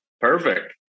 perfect